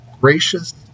gracious